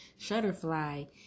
Shutterfly